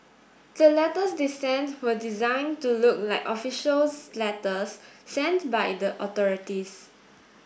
the letters they sent were designed to look like official letters sent by the authorities